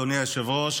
אדוני היושב-ראש,